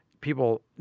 people